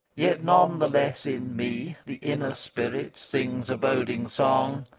yet none the less in me the inner spirit sings a boding song,